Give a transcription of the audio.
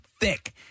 thick